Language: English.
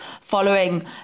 following